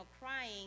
crying